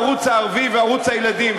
הערוץ הערבי וערוץ הילדים.